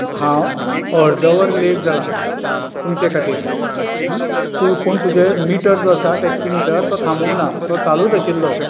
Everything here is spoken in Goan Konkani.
हांव अर्द वर लेट जालां तुमचे खातीर तूं पूण तुजे मिटर जो आसा टॅक्सी मिटर तो थांबोवंक ना तो चालूंच आशिल्लो